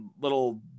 little